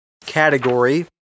category